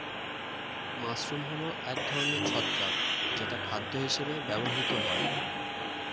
mushroom হল এক ধরনের ছত্রাক যেটা খাদ্য হিসেবে ব্যবহৃত হয়